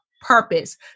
purpose